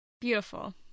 beautiful